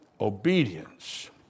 Obedience